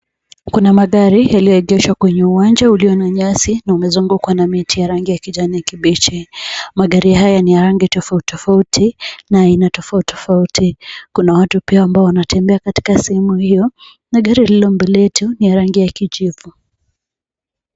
Kuna magari yaliyoegeshwa kwenye uwanja ulio na nyasi na umezungukwa na miti ya rangi ya kijani kibichi. Magari haya ni rangi tofauti tofauti na aina tofauti tofauti. Kuna watu pia ambao wanatembea katika sehemu hiyo na gari lililo mbele yetu ni ya rangi ya kijivu.